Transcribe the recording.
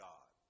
God